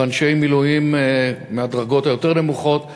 אנשי מילואים מהדרגות היותר-נמוכות והאוניברסיטאות,